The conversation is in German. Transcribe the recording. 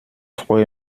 freue